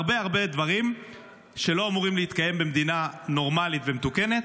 הרבה הרבה דברים שלא אמורים להתקיים במדינה נורמלית ומתוקנת,